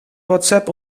whatsapp